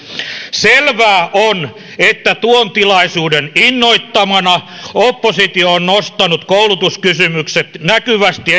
selvää on että tuon tilaisuuden innoittamana oppositio on nostanut koulutuskysymykset näkyvästi